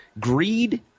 Greed